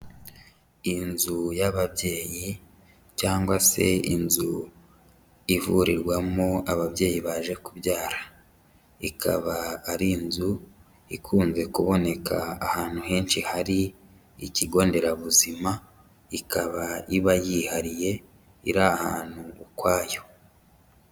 Inzu y'ababyeyi cyangwa se inzu ivurirwamo ababyeyi baje kubyara, ikaba ari inzu ikunze kuboneka ahantu henshi hari ikigo nderabuzima, ikaba iba yihariye iri ahantu ukwayo.